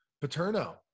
Paterno